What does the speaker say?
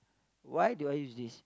why do I use this